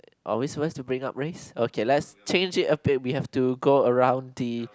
are we suppose to bring up race okay let's change it okay we have to go around the